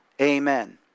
Amen